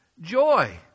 Joy